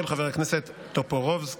של חבר הכנסת בועז טופורובסקי,